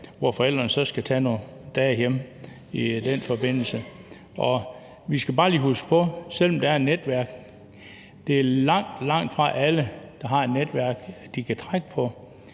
hvor forældrene så skal tage nogle dage hjemme i den forbindelse. Og vi skal bare lige huske på, at selv om der er et netværk, er det langtfra alle, der har et netværk, de kan trække på.